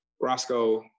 Roscoe